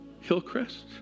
Hillcrest